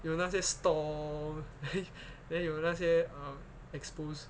有那些 stall then then 有那些 um exposed